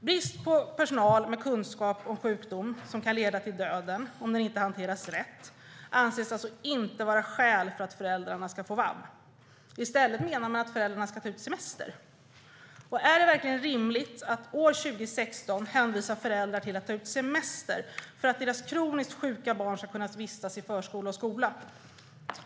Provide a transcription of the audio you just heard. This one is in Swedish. Brist på personal med kunskap om sjukdom som kan leda till döden om den inte hanteras rätt anses alltså inte vara skäl för att föräldrarna ska få vab-ersättning. I stället menar man att föräldrarna ska ta ut semester. Är det verkligen rimligt att år 2016 hänvisa föräldrar till att ta ut semester för att deras kroniskt sjuka barn ska kunna vistas i förskola och skola?